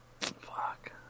Fuck